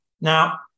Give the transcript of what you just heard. Now